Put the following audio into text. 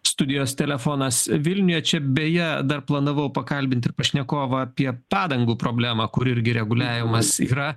studijos telefonas vilniuje čia beje dar planavau pakalbint ir pašnekovą apie padangų problemą kur irgi reguliavimas yra